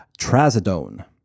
Trazodone